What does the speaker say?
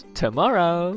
tomorrow